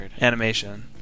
animation